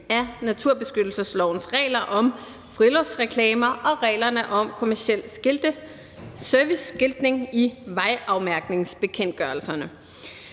af naturbeskyttelseslovens regler om friluftsreklamer og reglerne i vejafmærkningsbekendtgørelsen